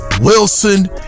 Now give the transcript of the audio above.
Wilson